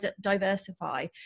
diversify